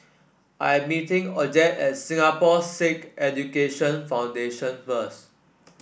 I am meeting Odette at Singapore Sikh Education Foundation first